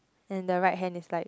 and the right hand is like